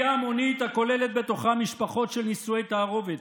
עלייה המונית הכוללת בתוכה משפחות של נישואי תערובת.